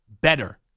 better